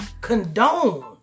condone